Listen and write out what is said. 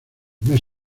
mes